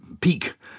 peak